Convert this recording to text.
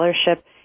scholarship